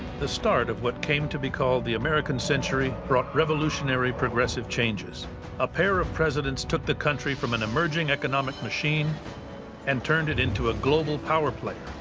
the start of what came to be called the american century brought revolutionary, progressive changes a pair of presidents took the country from an emerging economic machine and turned it into a global power player.